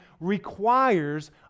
requires